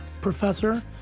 professor